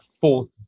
fourth